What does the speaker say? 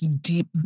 deep